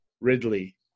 Ridley